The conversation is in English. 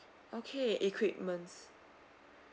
okay equipments